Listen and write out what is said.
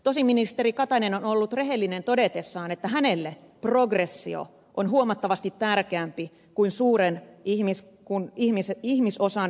tosin ministeri katainen on ollut rehellinen todetessaan että hänelle progressio on huomattavasti tärkeämpi kuin suuren ihmisosan perustoimeentulo